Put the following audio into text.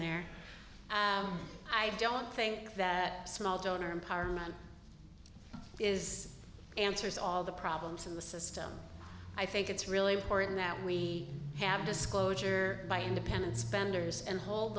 there i don't think that small donor empowerment is answers all the problems in the system i think it's really important that we have disclosure by independent spenders and hold